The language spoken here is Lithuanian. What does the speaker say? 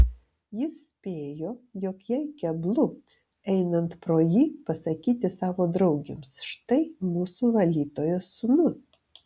jis spėjo jog jai keblu einant pro jį pasakyti savo draugėms štai mūsų valytojos sūnus